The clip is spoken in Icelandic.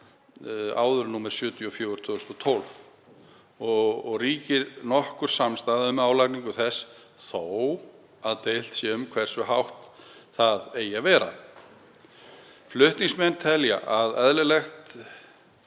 áður nr. 74/2012, og ríkir nokkur samstaða um álagningu þess þó að deilt sé um hversu hátt það eigi að vera. Flutningsmenn telja ekki eðlilegt